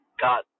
God